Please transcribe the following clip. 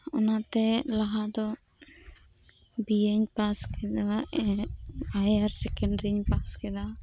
ᱚᱱᱟᱛᱮ ᱞᱟᱦᱟ ᱫᱚ ᱵᱤᱭᱮᱧ ᱯᱟᱥ ᱠᱮᱫᱟ ᱮᱜ ᱦᱟᱭᱟᱨ ᱥᱮᱠᱮᱱᱰᱟᱨᱤᱧ ᱯᱟᱥ ᱠᱮᱫᱟ